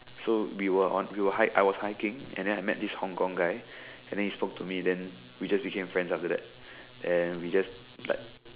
so we were on we were hike I was hiking and then I met this Hong-Kong guy and then he spoke to me and then we just became friends after that and we just like